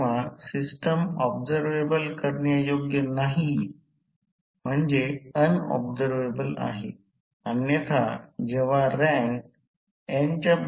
म्हणून हा भाग आय 2 रे 2 कॉस 2 आहे आणि येथून येथून I2 XE2 sin ∅2 आहे मी चिन्हांकित केलेले सर्व काही पहा आणि ही संपूर्ण अनुलंब रेखा हा कोन ∅ आहे